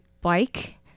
bike